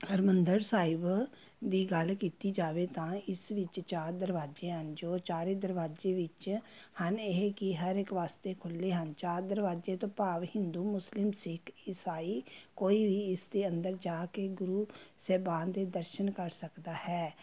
ਹਰਿਮੰਦਰ ਸਾਹਿਬ ਦੀ ਗੱਲ ਕੀਤੀ ਜਾਵੇ ਤਾਂ ਇਸ ਵਿੱਚ ਚਾਰ ਦਰਵਾਜ਼ੇ ਹਨ ਜੋ ਚਾਰੇ ਦਰਵਾਜ਼ੇ ਵਿੱਚ ਹਨ ਇਹ ਕਿ ਹਰ ਇੱਕ ਵਾਸਤੇ ਖੁੱਲ੍ਹੇ ਹਨ ਚਾਰ ਦਰਵਾਜ਼ੇ ਤੋਂ ਭਾਵ ਹਿੰਦੂ ਮੁਸਲਿਮ ਸਿੱਖ ਇਸਾਈ ਕੋਈ ਵੀ ਇਸ ਦੇ ਅੰਦਰ ਜਾ ਕੇ ਗੁਰੂ ਸਾਹਿਬਾਨ ਦੇ ਦਰਸ਼ਨ ਕਰ ਸਕਦਾ ਹੈ